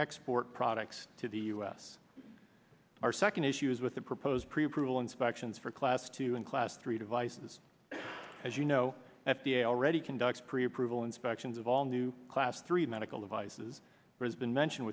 export products to the u s our second issue is with the proposed preapproval inspections for class two and class three devices as you know f d a already conducts pre approval inspections of all new class three medical devices has been mentioned